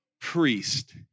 priest